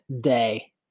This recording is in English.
day